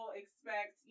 expect